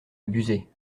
abuser